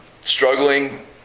struggling